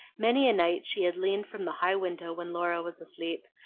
many a night she had leaned from the high window when laura was asleep,